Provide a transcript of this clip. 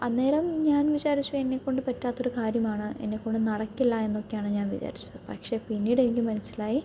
അന്നേരം ഞാൻ വിചാരിച്ചു എന്നെ കൊണ്ട് പറ്റാത്തൊരു കാര്യമാണ് എന്നെ കൊണ്ട് നടക്കില്ല എന്നൊക്കെയാണ് ഞാൻ വിചാരിച്ചത് പക്ഷെ പിന്നീടെനിക്കു മനസ്സിലായി